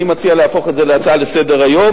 אני מציע להפוך את זה להצעה לסדר-היום.